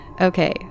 Okay